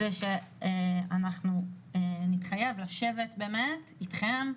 זה שאנחנו נתחייב לשבת באמת איתכם,